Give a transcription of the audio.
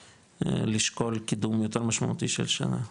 לשקול קידום יותר משמעותי של שנה,